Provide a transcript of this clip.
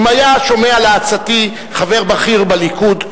אם היה שומע לעצתי חבר בכיר בליכוד,